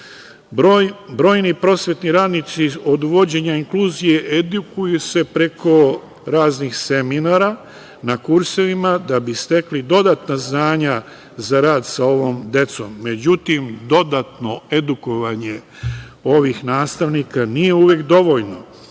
Brojni prosvetni radnici od uvođenja inkluzije edukuju se preko raznih seminara, na kursevima da bi stekli dodatna znanja za rad sa ovom decom. Međutim, dodatno edukovanje ovih nastavnika nije uvek dovoljno.